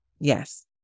yes